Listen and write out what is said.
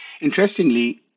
Interestingly